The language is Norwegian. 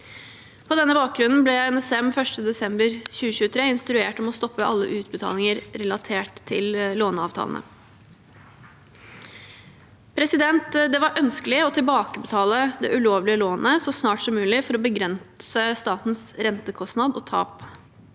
På denne bakgrunnen ble NSM den 1. desember 2023 instruert om å stoppe alle utbetalinger relatert til låneavtalene. Det var ønskelig å tilbakebetale det ulovlige lånet så snart som mulig for å begrense statens rentekostnad og tap.